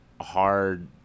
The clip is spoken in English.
hard